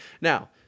now